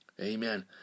Amen